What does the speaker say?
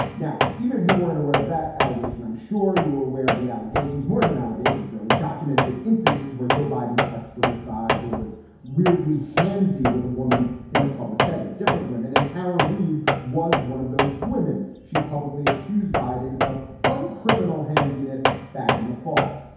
now, even if you weren't aware of that allegation, i'm sure you were aware of the allegations more than allegations, really documented instances where joe biden touched a massage or was weirdly hanzi with a woman in a public setting. different women. and tara reid was one of those women. she publicly accused biden of on criminal hands. yoenis. back in the fall.